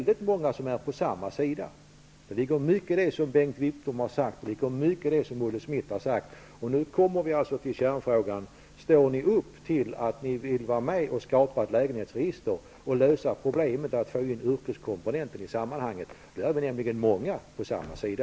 Det ligger mycket i det som Bengt Wittbom och Olle Schmidt har sagt. Och nu kommer vi till kärnfrågan: Står ni upp för att ni vill vara med och skapa ett lägenhetsregister och lösa problemet med att få in yrkeskomponenten i sammanhanget? Då är vi nämligen många på samma sida.